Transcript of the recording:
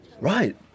Right